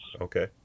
Okay